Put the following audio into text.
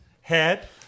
head